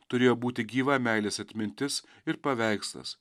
turėjo būti gyva meilės atmintis ir paveikslas